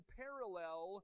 parallel